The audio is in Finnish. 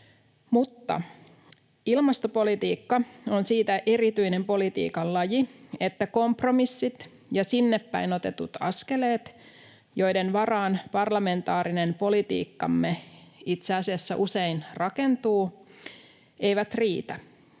Mutta ilmastopolitiikka on siitä erityinen politiikan laji, että kompromissit ja sinnepäin otetut askeleet, joiden varaan parlamentaarinen politiikkamme itse asiassa usein rakentuu, eivät riitä.